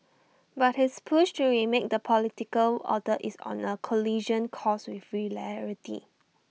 but his push to remake the political order is on A collision course with reality